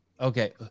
Okay